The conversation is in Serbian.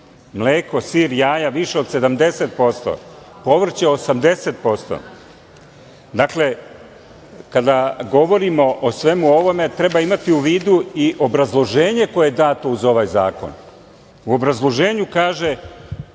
mleko, sir, jaja, više od 70%. Povrće 80%.Dakle, kada govorimo o svemu ovome, treba imati u vidu i obrazloženje koje je dato uz ovaj zakon. U obrazloženju kaže